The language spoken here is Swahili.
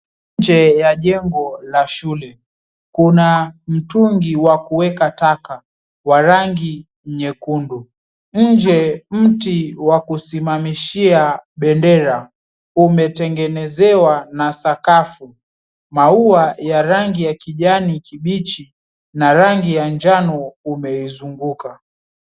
Inje ya jengo la shule kuna mtungi wakuweka taka wa rangi nyekundu , inje mti wa kusimamishia bendera umetengenezwa na sakafu. Maua ya rangi ya kijani kibichi na rangi ya njano umeizunguka.